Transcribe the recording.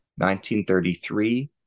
1933